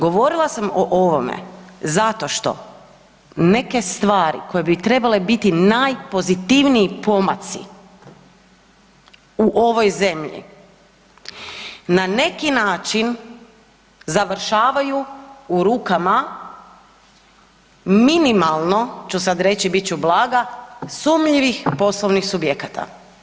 Govorila o ovome zato što neke stvari koje bi trebale biti najpozitivniji pomaci u ovoj zemlji, na neki način završavaju u rukama minimalno ću sad reći, bit ću blaga, sumnjivih poslovnih subjekata.